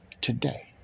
today